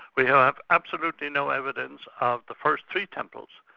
we have absolutely no evidence of the first three temples,